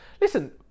Listen